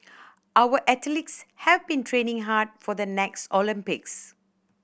our athletes have been training hard for the next Olympics